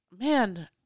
man